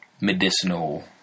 medicinal